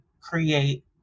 create